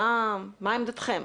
עמדתכם?